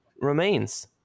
remains